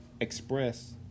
express